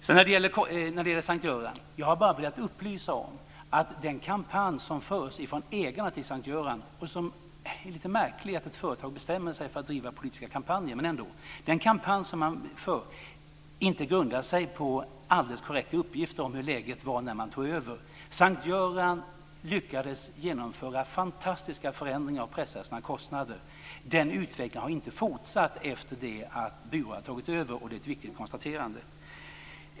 Angående S:t Göran har jag bara velat upplysa om att den kampanj som bedrivs av ägarna till S:t Göran - och det är lite märkligt att ett företag bestämmer sig för att driva politiska kampanjer, men ändå - grundar sig inte på alldeles korrekta uppgifter om hur läget var när man tog över. På S:t Göran lyckades man genomföra fantastiska förändringar och pressa ned sina kostnader. Den utvecklingen har inte fortsatt efter det att Bure tog över, och det är ett viktigt konstaterande.